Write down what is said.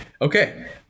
okay